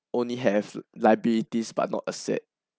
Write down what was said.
only have liabilities but not asset